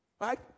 Right